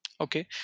Okay